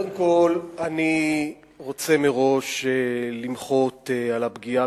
קודם כול אני רוצה למחות על הפגיעה